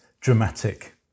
dramatic